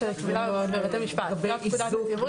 על סדר היום הצעת חוק כבילת עצורים ואסירים